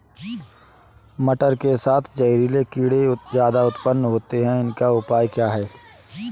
मटर के साथ जहरीले कीड़े ज्यादा उत्पन्न होते हैं इनका उपाय क्या है?